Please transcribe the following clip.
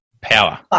power